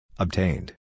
Obtained